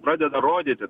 pradeda rodyti